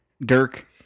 Dirk